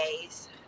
days